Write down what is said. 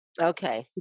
Okay